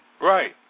Right